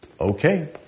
okay